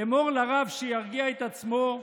אמור לרב שירגיע את עצמו,